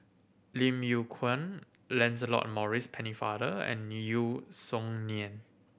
Lim Yew Kuan Lancelot Maurice Pennefather and Yeo Song Nian